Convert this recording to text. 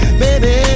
baby